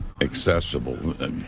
accessible